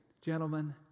gentlemen